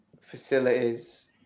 facilities